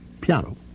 piano